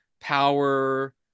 power